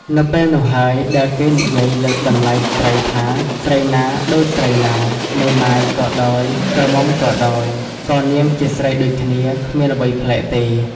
នៅពេលនោះហើយដែលគេនិយាយលើកតម្លៃស្ត្រីថា ស្រីណាដូចស្រីណា មេម៉ាយក៏ដោយ ក្រមុំក៏ដោយ ក៏នាងជាស្រីដូចគ្នា គ្មានអ្វីប្លែកទេ។